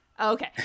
Okay